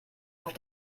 auf